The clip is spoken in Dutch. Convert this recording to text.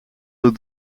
door